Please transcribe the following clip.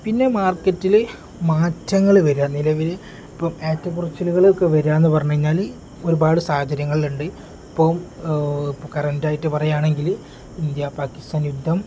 പിന്നെ മാർക്കറ്റിൽ മാറ്റങ്ങൾ വരിക നിലവിൽ ഇപ്പം ഏറ്റക്കുറിച്ചിലുകൾ ഒക്കെ വരാമെന്ന് പറഞ്ഞു കഴിഞ്ഞാൽ ഒരുപാട് സാഹചര്യങ്ങളുണ്ട് ഇപ്പം ഇപ്പം കറൻ്റായിട്ട് പറയുകയാണെങ്കിൽ ഇന്ത്യ പാക്കിസ്ഥാൻ യുദ്ധം